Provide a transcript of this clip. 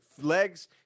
legs